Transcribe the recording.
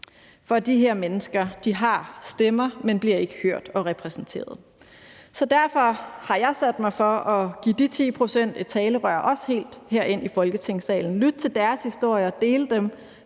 For de her mennesker har stemmer, men bliver ikke hørt og repræsenteret. Derfor har jeg sat mig for at give de 10 pct. et talerør også helt herind i Folketingssalen, lytte til deres historier og dele dem,